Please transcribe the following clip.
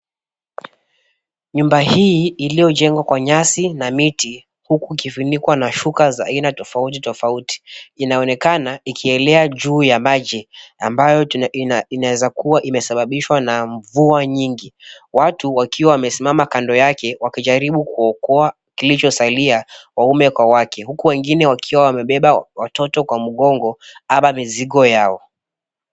Nyumba hii iliyojengwa kwa nyasi na miti huku ikifunikwa na shuka za aina tofauti tofauti inaonekena ikielea juu ya maji ambayo inaweza kuwa imesababishwa na mvua nyingi. Watu wakiwa wamesimama kando yake wakijaribu kuokoa kilichosalia waume kwa wake huku wengine wakiwa wamebeba watoto kwa mgongo ama mizigo yao.